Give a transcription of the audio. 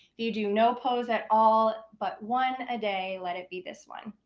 you do no pose at all but one a day, let it be this one.